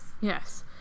Yes